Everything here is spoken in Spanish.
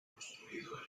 construido